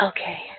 Okay